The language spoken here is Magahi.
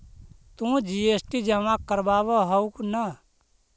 तु जी.एस.टी जमा करवाब हहु न?